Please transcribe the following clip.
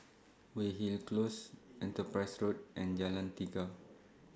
Weyhill Close Enterprise Road and Jalan Tiga